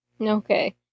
Okay